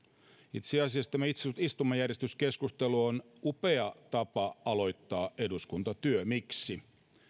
itse asiassa tämä istumajärjestyskeskustelu on upea tapa aloittaa eduskuntatyö miksi